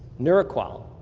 neuro-qol.